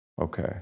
okay